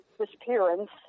disappearance